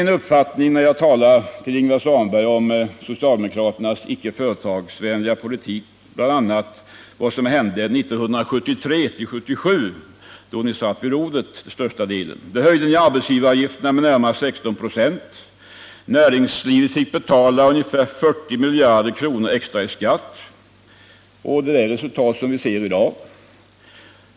När jag talar till Ingvar Svanberg om socialdemokraternas icke företagsvänliga politik stöder jag min uppfattning bl.a. på vad som hände åren 1973-1977. Socialdemokraterna satt ju vid rodret under den större delen av denna period. Då höjde ni arbetsgivaravgifterna med närmare 16 96. Näringslivet fick betala ungefär 40 miljarder kronor extra i skatt. Resultatet av detta ser vi i dag.